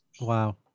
Wow